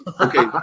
okay